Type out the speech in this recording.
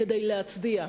כדי להצדיע,